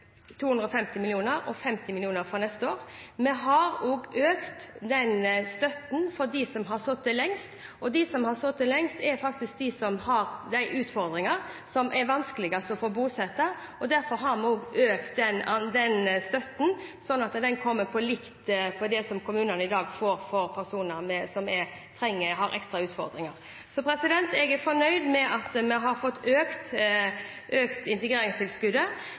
250 mill. kr pluss 50 mill. kr for neste år. Vi har også økt støtten til dem som har sittet lengst. De som har sittet lengst, er faktisk de som har utfordringene som gjør at de er vanskeligst å få bosatt. Derfor har vi også økt den støtten sånn at den kommer likt ut med det som kommunene får i dag for personer som har ekstra utfordringer. Jeg er fornøyd med at vi har fått økt integreringstilskuddet.